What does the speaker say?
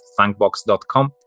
thankbox.com